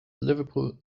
liverpool